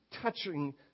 touching